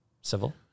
civil